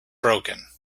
broken